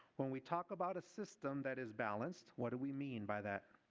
when we talk about a system that is balanced, what do we mean by that?